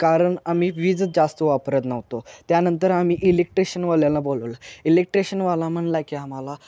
कारण आम्ही वीजच जास्त वापरत नव्हतो त्यानंतर आम्ही इलेक्ट्रिशियनवाल्याला बोलवलं इलेक्ट्रिशिनवाला म्हणाला की आम्हाला